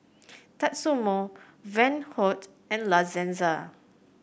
Tatsumoto Van Houten and La Senza